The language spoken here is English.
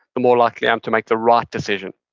the more likely i am to make the right decision.